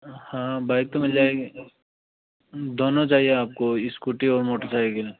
हाँ बाइक तो मिल जाएगी दोनों चाहिए आपको स्कूटी और मोटर साइकल